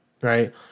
right